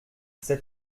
cet